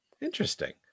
interesting